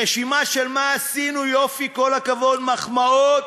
רשימה של "מה עשינו יופי, כל הכבוד, מחמאות"